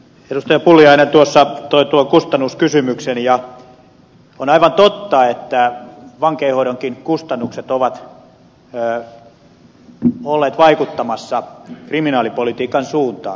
pulliainen tuossa toi tuon kustannuskysymyksen ja on aivan totta että vankeinhoidonkin kustannukset ovat olleet vaikuttamassa kriminaalipolitiikan suuntaan jollain lailla